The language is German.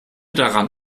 daran